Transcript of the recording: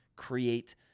create